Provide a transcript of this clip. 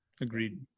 Agreed